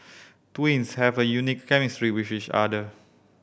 twins have a unique chemistry with each other